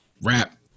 Rap